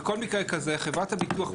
בכל מקרה כזה חברת הביטוח,